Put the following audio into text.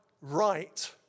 right